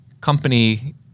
company